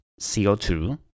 CO2